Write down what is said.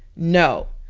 know.